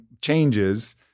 changes